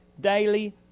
daily